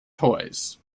toys